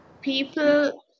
people